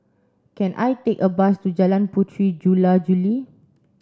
can I take a bus to Jalan Puteri Jula Juli